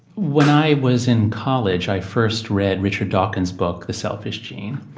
when i was in college, i first read richard dawkins' book, the selfish gene.